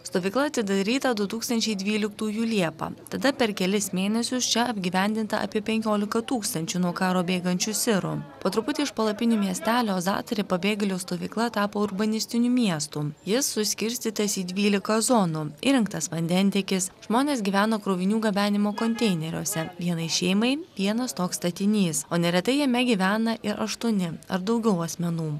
stovykla atidaryta du tūkstančiai dvyliktųjų liepą tada per kelis mėnesius čia apgyvendinta apie penkiolika tūkstančių nuo karo bėgančių sirų po truputį iš palapinių miestelio zatari pabėgėlių stovykla tapo urbanistiniu miestu jis suskirstytas į dvylika zonų įrengtas vandentiekis žmonės gyvena krovinių gabenimo konteineriuose vienai šeimai vienas toks statinys o neretai jame gyvena ir aštuoni ar daugiau asmenų